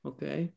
Okay